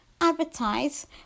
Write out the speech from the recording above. advertise